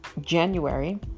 January